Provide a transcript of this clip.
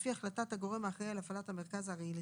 לפי החלטת הגורם האחראי על הפעלת המרכז הארעי לטיפול.